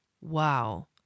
wow